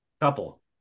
Couple